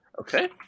Okay